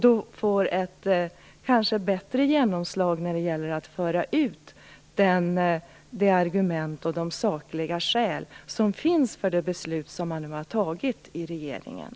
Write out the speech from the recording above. Då får man kanske ett bättre genomslag när det gäller att föra ut de argument och de sakliga skäl som finns för det beslut som regeringen nu har fattat.